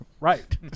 Right